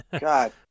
God